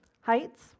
Heights